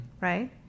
Right